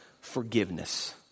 forgiveness